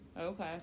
Okay